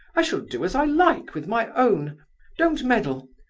i shall do as i like with my own don't meddle!